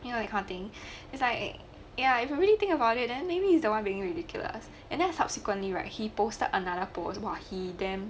you know that kind of thing is like ya if you really think about it then maybe you are the one who didn't indicate what and then subsequently right he posted another post !wah! he damn